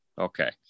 Okay